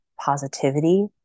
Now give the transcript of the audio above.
positivity